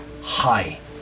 high